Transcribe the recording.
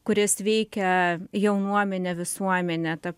kuris veikia jaunuomenę visuomenę tą